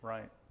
Right